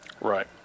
right